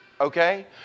Okay